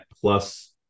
plus